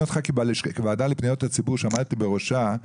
אותך כי בוועדה לפניות הציבור בראשה עמדתי,